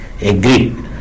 agreed